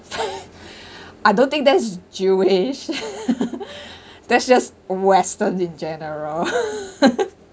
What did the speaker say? I don't think there's jewish that's just western in general